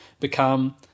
become